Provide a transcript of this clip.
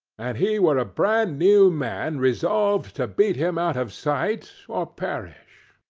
and he were a bran-new man resolved to beat him out of sight, or perish.